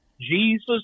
Jesus